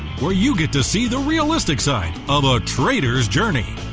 where you get to see the realistic side of a trader's journey.